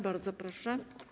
Bardzo proszę.